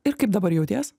ir kaip dabar jauties